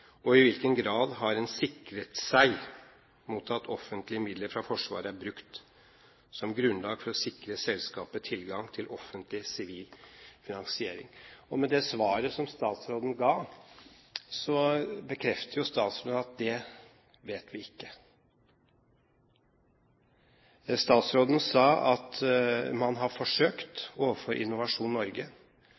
og i hvilken grad har en sikret seg mot at offentlige midler fra Forsvaret er brukt som grunnlag for å sikre selskapet tilgang til offentlig sivil finansiering?» Med det svaret som statsråden ga, bekrefter jo statsråden at det vet vi ikke. Statsråden sa at man har forsøkt overfor Innovasjon Norge,